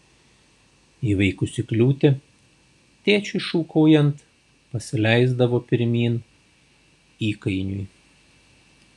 įveikusi kliūtį tėčiui šūkaujant pasileisdavo pirmyn įkainiui